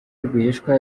rwihishwa